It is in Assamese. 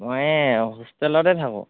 মই হোষ্টেলতে থাকোঁ